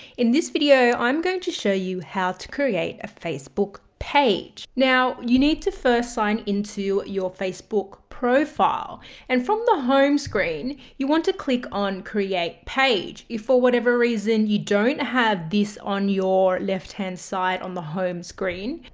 in this video i'm going to show you how to create a facebook page. now, you need to first sign into your facebook profile and from the home screen you want to click on create page. if for whatever reason you don't have this on your left hand side on the home screen.